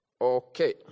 Okay